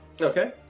Okay